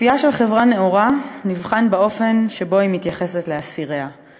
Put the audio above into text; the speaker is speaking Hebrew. "אופייה של חברה נאורה נבחן באופן שבו היא מתייחסת לאסיריה";